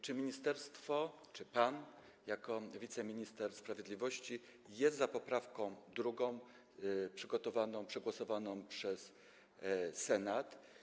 Czy ministerstwo, czy pan jako wiceminister sprawiedliwości, jest za poprawką drugą przegłosowaną przez Senat?